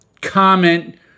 comment